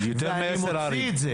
ואני מוציא את זה.